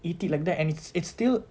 eat it like that and it's it's still